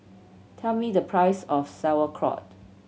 tell me the price of Sauerkraut